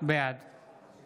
בעד